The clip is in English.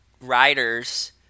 riders